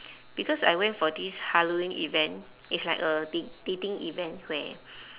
because I went for this halloween event it's like a dat~ dating event where